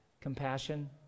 compassion